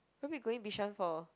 probably going Bishan for